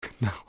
No